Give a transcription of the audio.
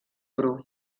bru